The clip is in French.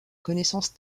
connaissance